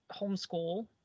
homeschool